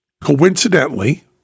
coincidentally